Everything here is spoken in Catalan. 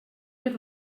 més